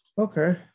Okay